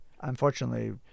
Unfortunately